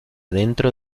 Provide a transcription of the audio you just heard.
dentro